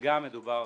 גם מדובר